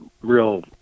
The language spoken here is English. real